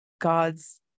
God's